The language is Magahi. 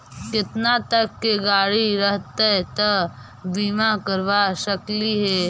केतना तक के गाड़ी रहतै त बिमा करबा सकली हे?